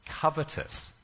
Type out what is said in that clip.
covetous